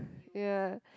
ya